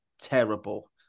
terrible